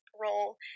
Role